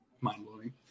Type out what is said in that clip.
mind-blowing